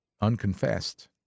unconfessed